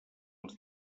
els